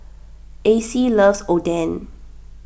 Acie loves Oden